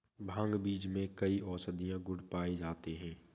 भांग बीज में कई औषधीय गुण पाए जाते हैं